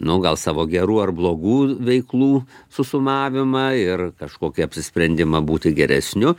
nu gal savo gerų ar blogų veiklų su sumavimą ir kažkokį apsisprendimą būti geresniu